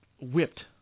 whipped